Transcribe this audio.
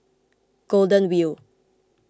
Golden Wheel